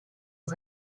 auf